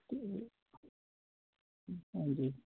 ਅਤੇ ਹਾਂਜੀ